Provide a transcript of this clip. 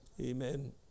amen